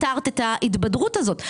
פתרנו את ההתבדרות הזאת.